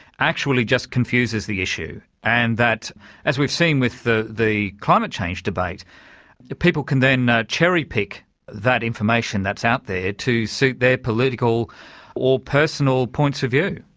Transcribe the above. actually just confuses the issue, and that as we've seen with the the climate change debate, the people can then cherry pick that information that's out there, to suit their political or personal points of view.